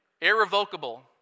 irrevocable